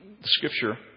scripture